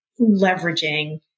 leveraging